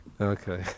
Okay